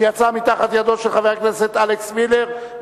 שיצאה מתחת ידו של חבר הכנסת אלכס מילר,